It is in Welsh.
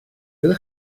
gyda